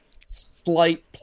slight